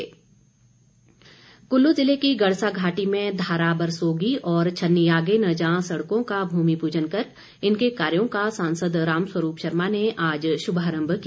राम स्वरूप कल्लू ज़िले की गड़सा घाटी में धारा बरसोगी और छन्नीआगे नजां सड़कों का भूमि पूजन कर इनके कार्यों का सांसद राम स्वरूप शर्मा ने आज शुभारम्भ किया